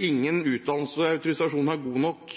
ingen utdannelse/autorisasjon er god nok